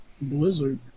Blizzard